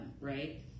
right